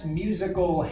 musical